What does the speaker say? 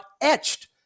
etched